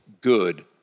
good